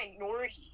minority